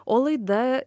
o laida